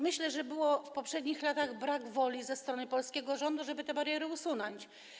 Myślę, że w poprzednich latach był brak woli ze strony polskiego rządu, żeby te bariery usunąć.